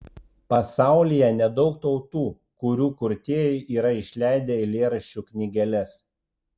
pasaulyje nedaug tautų kurių kurtieji yra išleidę eilėraščių knygeles